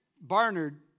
Barnard